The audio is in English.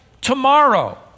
tomorrow